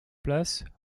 place